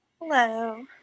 Hello